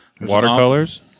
Watercolors